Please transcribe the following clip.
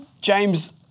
James